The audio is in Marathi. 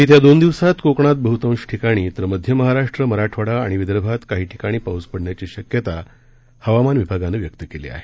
येत्या दोन दिवसात कोकणात बह्तांश ठिकाणी तर मध्य महाराष्ट्र मराठवाडा आणि विदर्भात काही ठिकाणी पाऊस पडण्याची शक्यता हवामान विभागानं व्यक्त केली आहे